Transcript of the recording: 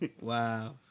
wow